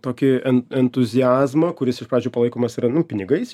tokį en entuziazmą kuris iš pradžių palaikomas yra nu pinigais